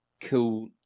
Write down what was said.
cool